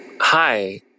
Hi